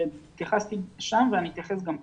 שם התייחסתי ואני אתייחס גם כאן.